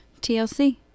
TLC